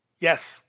Yes